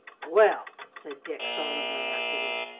well, said dick solemnly, afterward,